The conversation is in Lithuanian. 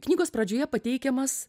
knygos pradžioje pateikiamas